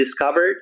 discovered